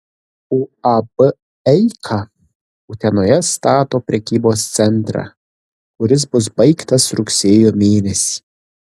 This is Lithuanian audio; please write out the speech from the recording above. uab eika utenoje stato prekybos centrą kuris bus baigtas rugsėjo mėnesį